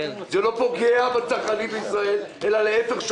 זה לא פוגע בצרכנים בישראל אלא להיפך,